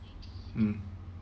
mm